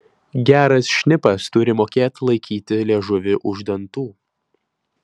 geras šnipas turi mokėt laikyti liežuvį už dantų